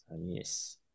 Yes